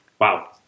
Wow